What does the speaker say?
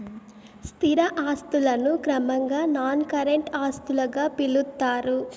స్థిర ఆస్తులను క్రమంగా నాన్ కరెంట్ ఆస్తులుగా పిలుత్తారు